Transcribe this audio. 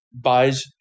buys